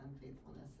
unfaithfulness